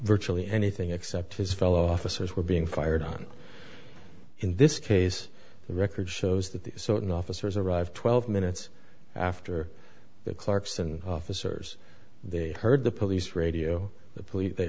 virtually anything except his fellow officers were being fired on in this case the record shows that these certain officers arrived twelve minutes after the clarkson officers they heard the police radio the police they